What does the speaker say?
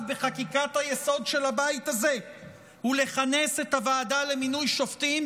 בחקיקת היסוד של הבית הזה לכנס את הוועדה למינוי שופטים,